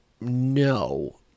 No